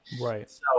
Right